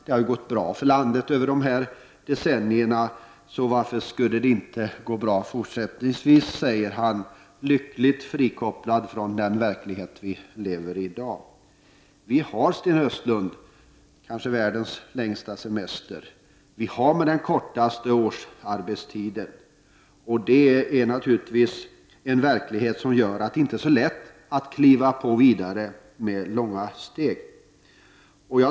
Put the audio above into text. Det har gått bra för landet under de här decennierna, och varför skulle det inte gå bra fortsättningsvis, säger han, lyckligt frikopplad från den verklighet vi i dag lever i. Vi har i Sverige kanske världens längsta semester och den kortaste årsarbetstiden. Det är naturligtvis en verklighet som gör att det inte är så lätt att kliva vidare med långa steg.